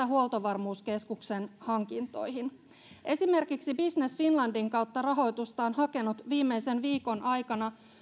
huoltovarmuuskeskuksen hankintoihin esimerkiksi business finlandin kautta rahoitusta on hakenut viimeisen viikon aikana